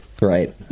Right